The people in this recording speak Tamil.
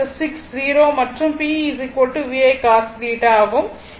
60 மற்றும் P VI cos θ ஆகும்